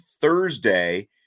thursday